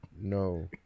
no